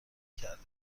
کرده